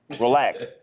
Relax